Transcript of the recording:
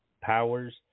powers